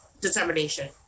determination